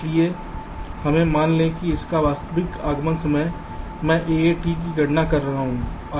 इसलिए हमें मान लें कि आपका वास्तविक आगमन समय मैं AAT की गणना कर रहा हूं